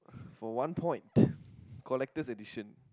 for one point collector's edition